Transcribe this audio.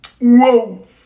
Whoa